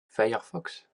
firefox